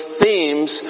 themes